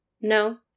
no